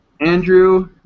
Andrew